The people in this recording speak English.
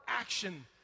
action